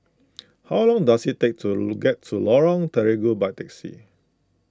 how long does it take to get to Lorong Terigu by taxi